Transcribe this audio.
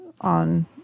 on